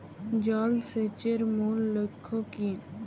জল সেচের মূল লক্ষ্য কী?